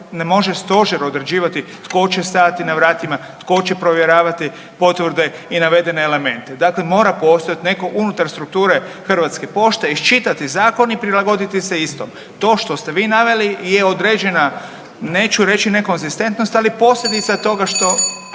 ne može stožer određivati tko će stajati na vratima, tko će provjeravati potvrde i navedene elemente. Dakle, mora postojati netko unutar strukture Hrvatske pošte, iščitati zakon i prilagoditi se istom. To što ste vi naveli je određena neću reći nekonzistentnost, ali posljedica toga što